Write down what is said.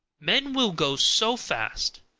men will go so fast,